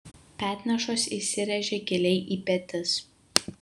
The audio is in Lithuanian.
petnešos įsiręžia giliai į petis